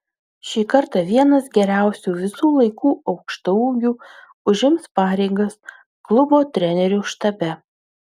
šį kartą vienas geriausių visų laikų aukštaūgių užims pareigas klubo trenerių štabe